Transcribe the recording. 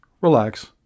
relax